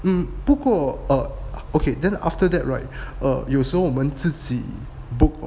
mm 不过 uh okay then after that right err 有时候我们自己 book lor